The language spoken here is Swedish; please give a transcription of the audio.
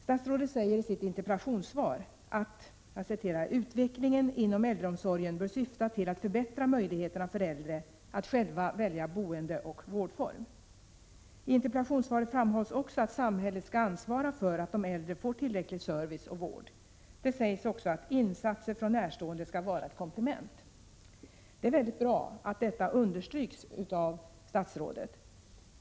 Statsrådet säger i sitt interpellationssvar: ”Utvecklandet av äldreomsorgen bör syfta till att förbättra möjligheterna för äldre att själva välja boende och vårdform.” I interpellationssvaret framhålls också att samhället skall ansvara för att de äldre får tillräcklig service och vård. Det sägs också: ”Insatser från närstående skall vara ett komplement.” Det är väldigt bra att detta understryks av statsrådet.